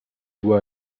doit